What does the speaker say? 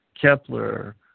Kepler